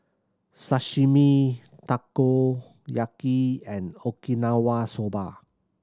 Sashimi Takoyaki and Okinawa Soba